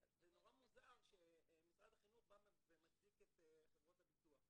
זה נורא מוזר שמשרד החינוך בא ומצדיק את חברות הביטוח.